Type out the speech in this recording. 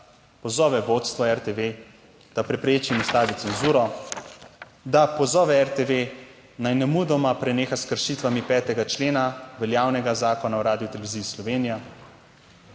pozove vodstvo RTV, da prepreči, ustavi cenzuro. Da pozove RTV naj nemudoma preneha s kršitvami 5. člena veljavnega Zakona o Radioteleviziji Slovenija.